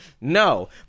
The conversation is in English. no